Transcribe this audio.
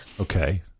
Okay